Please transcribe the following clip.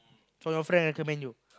from your friend recommend you